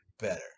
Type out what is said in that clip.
better